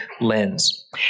lens